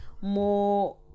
more